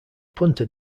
punta